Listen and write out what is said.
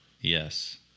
Yes